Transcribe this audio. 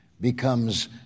becomes